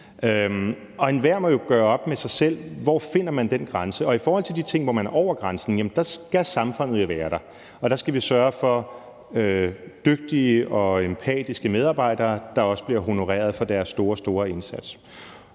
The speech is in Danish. Og enhver må jo gøre op med sig selv, hvor man finder den grænse. I forhold til de ting, hvor man er over grænsen, skal samfundet jo være der, og der skal vi sørge for dygtige og empatiske medarbejdere, der også bliver honoreret for deres store, store indsats.